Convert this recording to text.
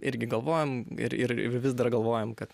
irgi galvojom ir ir ir vis dar galvojam kad